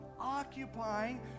occupying